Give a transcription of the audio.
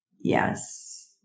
Yes